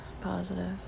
positive